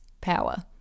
Power